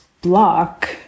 block